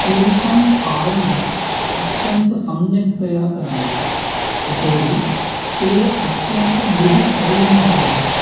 तेषां पालनम् अत्यन्तसम्क्तया करणीयम् यतोहि ते अत्यन्तं मृदुशरीरिणः भवन्ति